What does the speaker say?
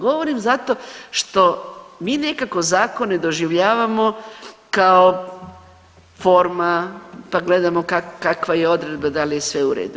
Govorim zato što mi nekako zakone doživljavamo kao forma, pa gledamo kakva je odredba, da li je sve u redu.